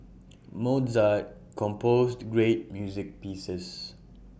Mozart composed great music pieces